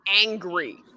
angry